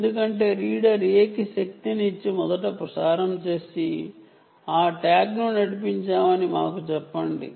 ఎందుకంటే reader A కి శక్తినిచ్చి మొదట ప్రసారం చేస్తుంది ఆ ట్యాగ్ను ఫీడ్ చేసింది